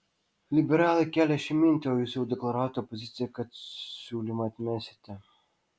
liberalai kelią šią mintį o jūs jau deklaravote poziciją kad siūlymą atmesite